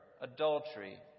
adultery